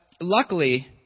luckily